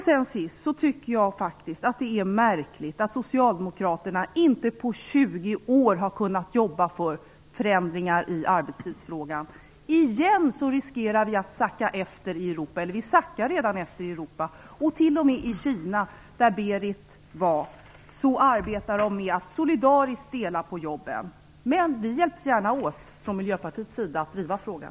Jag tycker faktiskt att det är märkligt att socialdemokraterna på 20 år inte har kunnat jobba för förändringar i arbetstidsfrågan. Vi riskerar igen att sacka efter i Europa - vi sackar redan efter. T.o.m. i Kina, där Berit Andnor var, arbetar man med att solidariskt dela på jobben. Men vi i Miljöpartiet hjälper gärna till att driva frågan.